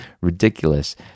ridiculous